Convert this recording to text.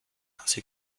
así